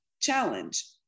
challenge